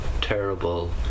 terrible